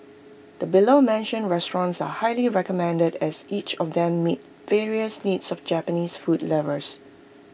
the below mentioned restaurants are highly recommended as each of them meets various needs of Japanese food lovers